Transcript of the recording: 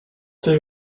tej